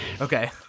Okay